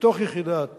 בתוך יחידת